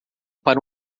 para